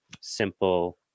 simple